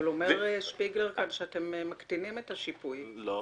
אבל שפיגלר אומר שאתם מקטינים את השיפויים ואתם